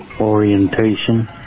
orientation